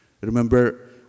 Remember